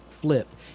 flip